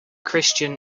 christian